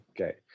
Okay